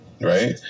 right